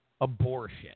abortion